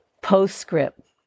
Postscript